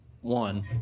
one